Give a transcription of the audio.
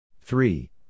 three